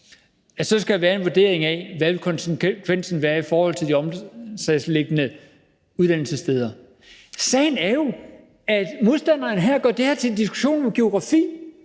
der så skal være en vurdering af, hvad konsekvensen vil være i forhold til de omkringliggende uddannelsessteder. Sagen er jo, at modstanderne gør det her til en diskussion om geografi,